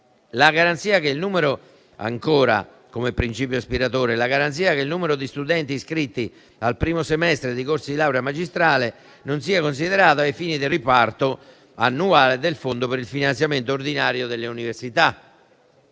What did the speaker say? la garanzia che il numero di studenti iscritti al primo semestre di corsi di laurea magistrale non sia considerato ai fini del riparto annuale del fondo per il finanziamento ordinario delle università;